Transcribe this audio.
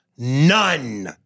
None